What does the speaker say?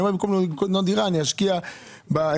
אני אומר במקום לקנות דירה, אני אשקיע בקרנות.